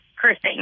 cursing